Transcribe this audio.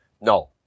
no